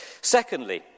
Secondly